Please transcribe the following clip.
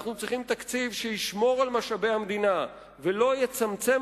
אנחנו צריכים תקציב שישמור על משאבי המדינה ולא יצמצם